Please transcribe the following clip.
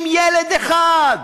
עם ילד אחד,